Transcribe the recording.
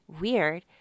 Weird